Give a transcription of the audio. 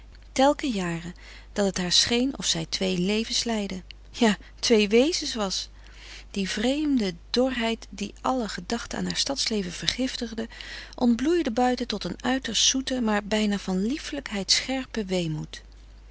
telken jare dat het haar scheen of zij twee levens leidde ja twee wezens was die vreemde dorheid die alle gedachte aan haar stadsleven vergiftigde ontbloeide buiten tot een uiterst zoete maar bijna van lieflijkheid scherpe